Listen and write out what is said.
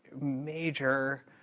major